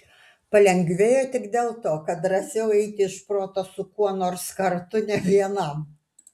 palengvėjo tik dėl to kad drąsiau eiti iš proto su kuo nors kartu ne vienam